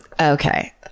Okay